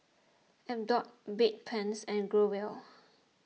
Abbott Bedpans and Growell